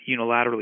unilaterally